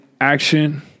action